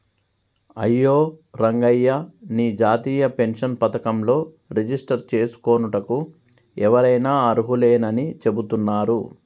అయ్యో రంగయ్య నీ జాతీయ పెన్షన్ పథకంలో రిజిస్టర్ చేసుకోనుటకు ఎవరైనా అర్హులేనని చెబుతున్నారు